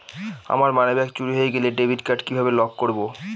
আমার মানিব্যাগ চুরি হয়ে গেলে ডেবিট কার্ড কিভাবে লক করব?